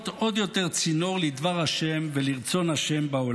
עוד יותר צינור לדבר השם ולרצון השם בעולם.